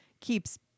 keeps